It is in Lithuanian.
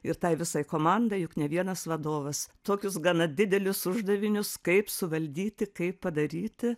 ir tai visai komandai juk ne vienas vadovas tokius gana didelius uždavinius kaip suvaldyti kaip padaryti